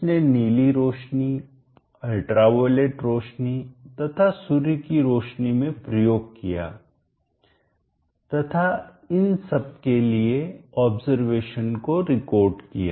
उसने नीली रोशनी अल्ट्रावॉयलेट रोशनी तथा सूर्य की रोशनी में प्रयोग किया तथा इन सबके लिए ऑब्जरवेशन अवलोकन को रिकॉर्ड किया